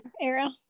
era